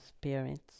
parents